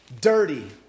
dirty